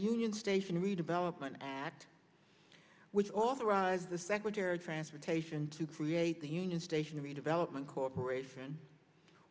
union station redevelopment act which authorized the secretary of transportation to create the union station redevelopment corporation